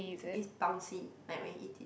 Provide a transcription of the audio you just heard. is bouncy like when you eat it